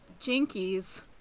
Jinkies